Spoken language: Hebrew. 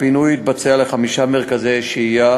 הפינוי התבצע לחמישה מרכזי שהייה